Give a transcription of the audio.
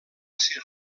ser